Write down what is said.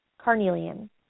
carnelian